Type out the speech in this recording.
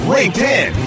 LinkedIn